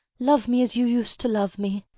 love me as you used to love me.